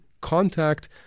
contact